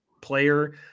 player